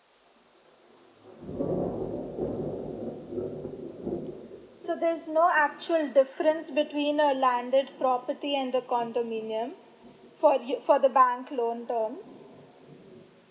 so there's no actual difference between a landed property and the condominium for you for the bank loan turns